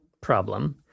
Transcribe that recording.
problem